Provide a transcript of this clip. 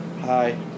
Hi